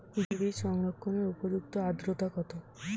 বীজ সংরক্ষণের উপযুক্ত আদ্রতা কত?